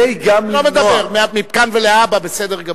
אני לא מדבר, מכאן ולהבא, בסדר גמור.